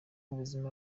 ubuzima